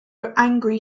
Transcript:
angry